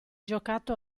giocato